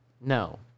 No